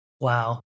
Wow